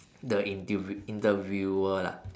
the interview~ interviewer lah